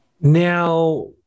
Now